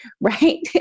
Right